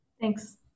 Thanks